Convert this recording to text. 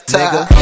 nigga